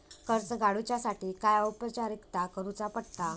कर्ज काडुच्यासाठी काय औपचारिकता करुचा पडता?